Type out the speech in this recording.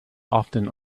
often